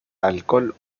alcohol